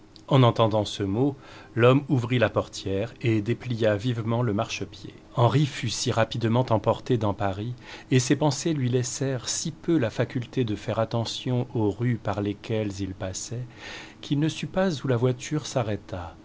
en entendant ce mot l'homme ouvrit la portière et déplia vivement le marchepied henri fut si rapidement emporté dans paris et ses pensées lui laissèrent si peu de faculté de faire attention aux rues par lesquelles il passait qu'il ne sut où la voiture s'arrêta